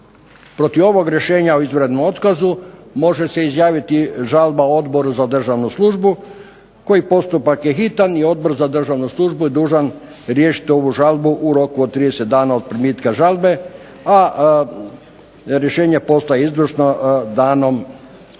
Protiv ovog rješenja o izvanrednom otkazu može se izjaviti žalba Odboru za državnu službu koji postupak je hitan i Odbor za državnu službu je dužan riješiti ovu žalbu u roku od 30 dana od primitka žalbe, a rješenje postaje izvršno danom